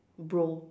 bro